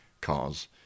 cars